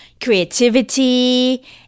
creativity